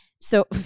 so-